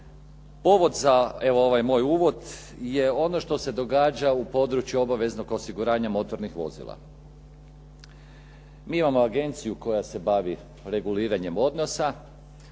Povod za evo, ovaj moj uvod je ono što se događa u području obaveznog osiguranja motornih vozila. Mi imamo agenciju koja se bavi reguliranjem odnosa,